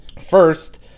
First